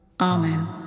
Amen